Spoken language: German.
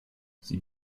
sie